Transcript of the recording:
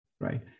Right